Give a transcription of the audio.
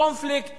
הקונפליקט